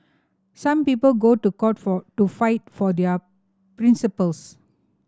some people go to court for to fight for their principles